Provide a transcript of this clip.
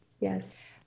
Yes